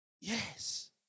Yes